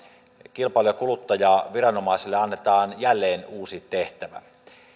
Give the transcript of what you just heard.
kilpailu ja kuluttajaviranomaiselle annetaan jälleen uusi tehtävä